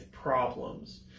problems